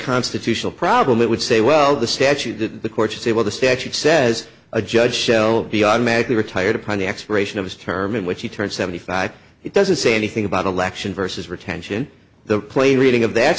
constitutional problem it would say well the statute that the courts say well the statute says a judge shelby automatically retired upon the expiration of his term in which he turned seventy five it doesn't say anything about election versus retention the play reading of that